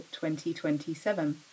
2027